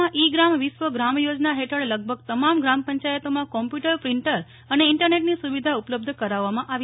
જિલ્લામાં ઇ ગ્રામ વિશ્વ ગ્રામ યોજના હેઠળ લગભગ તમામ ગ્રામ પંચાયતોમાં કોમ્પ્યુટર પ્રિન્ટર અને ઇન્ટરનેટની સુવિધા ઉપલબ્ધ કરાવવામાં આવી છે